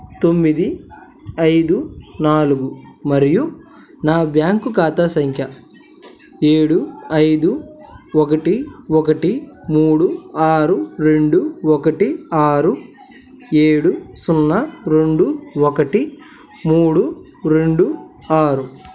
తొమ్మిది ఐదు నాలుగు మరియు నా బ్యాంకు ఖాతా సంఖ్య ఏడు ఐదు ఒకటి ఒకటి మూడు ఆరు రెండు ఒకటి ఆరు ఏడు సున్నా రెండు ఒకటి మూడు రెండు ఆరు